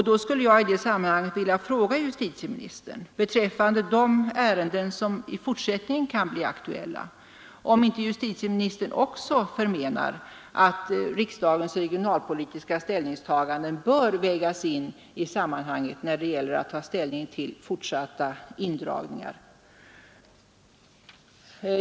Jag skulle i det sammanhanget vilja fråga justitieministern beträffande de ärenden som i fortsättningen kan bli aktuella om inte justitieministern också förmenar att riksdagens regionalpolitiska ståndpunkt bör vägas in i ställningstagandet till fortsatta indragningar.